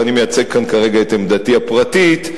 אני מייצג כאן כרגע את עמדתי הפרטית,